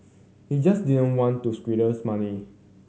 he just didn't want to squanders money